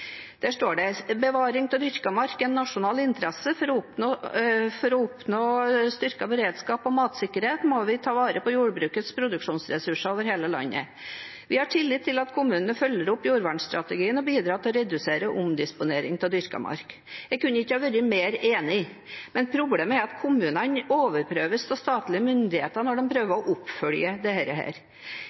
Der står det: «Bevaring av dyrket mark er en nasjonal interesse. For å oppnå styrket beredskap og matsikkerhet må vi ta vare på jordbrukets produksjonsressurser over hele landet. Vi har tillit til at kommunene følger opp jordvernstrategien og bidrar til å redusere omdisponering av dyrket mark.» Jeg kunne ikke vært mer enig, men problemet er at kommunene overprøves av statlige myndigheter når de prøver å